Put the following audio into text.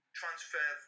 transfer